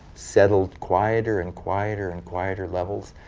settled quieter and quieter and quieter levels.